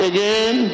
Again